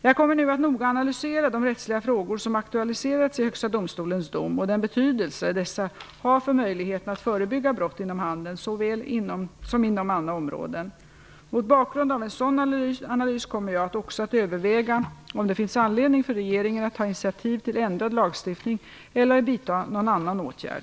Jag kommer nu att noga analysera de rättsliga frågor som aktualiserats i Högsta domstolens dom och den betydelse dessa har för möjligheten att förebygga brott inom handeln såväl som inom andra områden. Mot bakgrund av en sådan analys kommer jag också att överväga om det finns anledning för regeringen att ta initiativ till ändrad lagstiftning eller att vidta någon annan åtgärd.